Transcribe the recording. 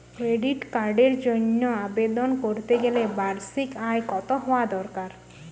Credit কার্ডের জন্য আবেদন করতে গেলে বার্ষিক আয় কত হওয়া দরকার?